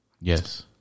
Yes